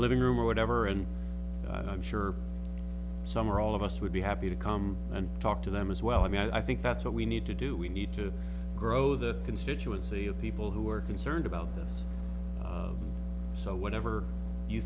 living room or whatever and i'm sure some or all of us would be happy to come and talk to them as well i mean i think that's what we need to do we need to grow the constituency of people who are concerned about this so whatever you